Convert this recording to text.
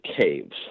caves